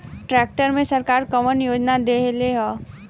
Tractor मे सरकार कवन योजना देले हैं?